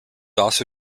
also